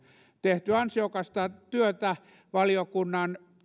tehty ansiokasta työtä